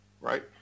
right